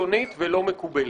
קיצונית ולא מקובלת.